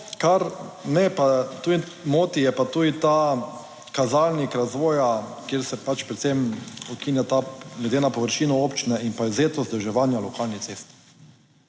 kar me pa tudi moti je pa tudi ta kazalnik razvoja, kjer se pač predvsem ukinja ta glede na površino občine in povzeto, vzdrževanja lokalnih cest.